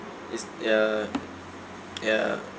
is ya ya